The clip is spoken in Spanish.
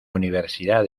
universidad